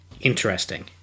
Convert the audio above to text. interesting